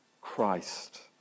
Christ